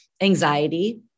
anxiety